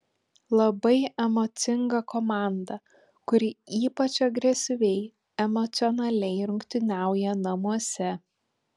labai emocinga komanda kuri ypač agresyviai emocionaliai rungtyniauja namuose